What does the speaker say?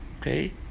okay